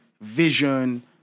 vision